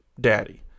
daddy